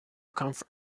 comfort